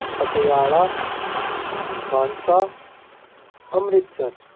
Patiala Mansa Amritsar